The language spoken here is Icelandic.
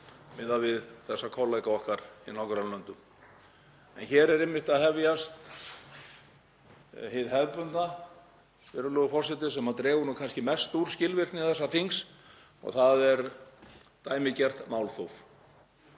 miðað við þessa kollega okkar í nágrannalöndunum. En hér er einmitt að hefjast hið hefðbundna, virðulegur forseti, sem dregur kannski mest úr skilvirkni þessa þings; það er dæmigert málþóf